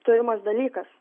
turimas dalykas